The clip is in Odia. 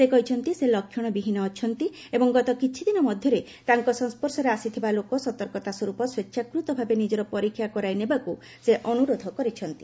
ସେ କହିଛନ୍ତି ସେ ଲକ୍ଷଣବିହୀନ ଅଛନ୍ତି ଏବଂ ଗତ କିଛି ଦିନ ମଧ୍ୟରେ ତାଙ୍କ ସଂସର୍ଶରେ ଆସିଥିବା ଲୋକ ସତର୍କତା ସ୍ପର୍ପ ସ୍ପେଚ୍ଛାକୃତ ଭାବେ ନିଜର ପରୀକ୍ଷା କରାଇ ନେବାକୁ ସେ ଅନୁରୋଧ କରିଛନ୍ତି